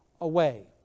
away